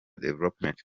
development